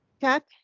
Chuck